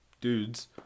dudes